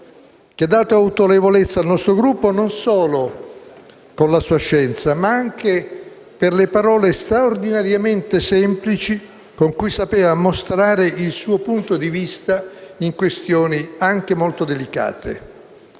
che ha dato autorevolezza al nostro Gruppo non solo con la sua scienza, ma anche per le parole straordinariamente semplici con cui sapeva mostrare il suo punto di vista su questioni molto delicate